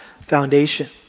foundation